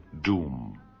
doom